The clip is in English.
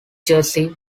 jersey